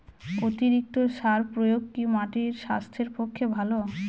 অতিরিক্ত সার প্রয়োগ কি মাটির স্বাস্থ্যের পক্ষে ভালো?